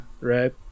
Right